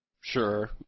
sure